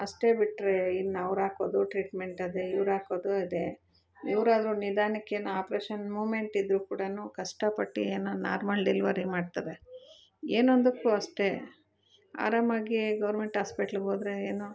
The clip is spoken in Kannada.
ಅಷ್ಟೆ ಬಿಟ್ಟರೆ ಇನ್ನು ಅವ್ರಾಕೋದು ಟ್ರೀಟ್ಮೆಂಟ್ ಅದೆ ಇವ್ರು ಹಾಕೋದು ಅದೆ ಇವರಾದ್ರು ನಿಧಾನಕ್ಕೇನು ಆಪ್ರೇಷನ್ ಮೂವ್ಮೆಂಟ್ ಇದ್ರು ಕೂಡ ಕಷ್ಟಪಟ್ಟು ಏನಾನ ನಾರ್ಮಲ್ ಡೆಲ್ವರಿ ಮಾಡ್ತಾರೆ ಏನೊಂದಕ್ಕು ಅಷ್ಟೆ ಆರಾಮಾಗಿ ಗೋರ್ಮೆಂಟ್ ಹಾಸ್ಪಿಟ್ಲಿಗೆ ಹೋದ್ರೆ ಏನೊ